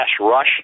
rush